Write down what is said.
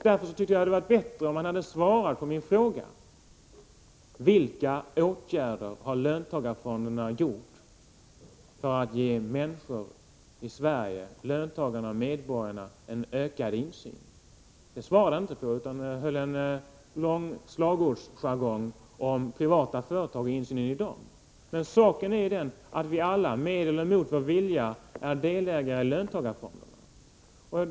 Därför tycker jag det hade varit bättre om finansministern hade svarat på min fråga, vilka åtgärder löntagarfonderna vidtagit för att ge löntagarna och medborgarna i Sverige en ökad insyn. Den frågan svarade han inte på utan talade i stället i slagordsspäckad jargong om insynen i privata företag. Saken är emellertid den att vi alla med eller mot vår vilja är delägare i löntagarfonderna.